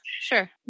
Sure